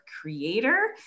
creator